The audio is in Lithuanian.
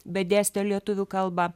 bet dėstė lietuvių kalbą